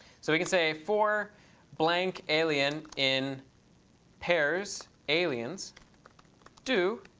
so we can say for blank alien in pairs aliens do.